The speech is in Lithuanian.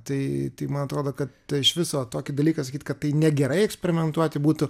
tai tai man atrodo kad iš viso tokį dalyką sakyt kad tai negerai eksperimentuoti būtų